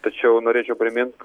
tačiau norėčiau primint